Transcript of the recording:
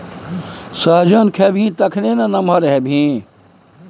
सजमनि खेबही तखने ना नमहर हेबही